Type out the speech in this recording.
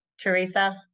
Teresa